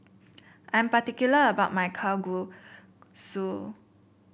I'm particular about my Kalguksu